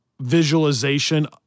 visualization